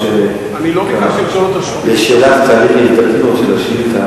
אני לא ביקשתי לשאול אותה שוב, לשאלה, בשאילתא,